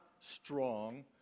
strong